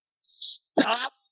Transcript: stop